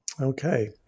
Okay